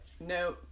no